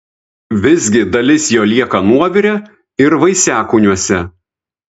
visgi dalis jo lieka nuovire ir vaisiakūniuose